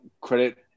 credit